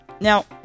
Now